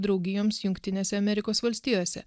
draugijoms jungtinėse amerikos valstijose